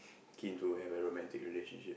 keen to have a romantic relationship